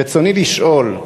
רצוני לשאול: